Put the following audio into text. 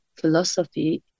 philosophy